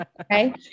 okay